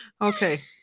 Okay